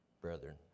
brethren